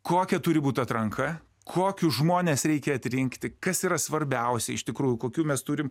kokia turi būt atranka kokius žmones reikia atrinkti kas yra svarbiausia iš tikrųjų kokių mes turim